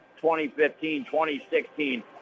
2015-2016